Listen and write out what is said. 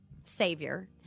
savior –